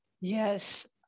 Yes